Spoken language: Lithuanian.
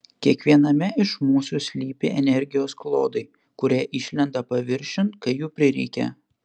kiekviename iš mūsų slypi energijos klodai kurie išlenda paviršiun kai jų prireikia